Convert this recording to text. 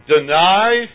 deny